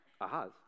Ahaz